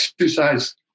exercise